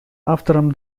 автором